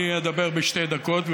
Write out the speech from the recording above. אני אדבר בשתי דקות,